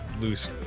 loose